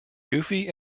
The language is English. goofy